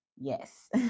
Yes